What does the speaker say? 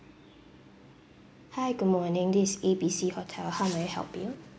hi good morning this is A B C hotel how may I help you